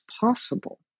possible